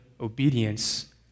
obedience